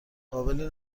قابلی